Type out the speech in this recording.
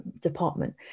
department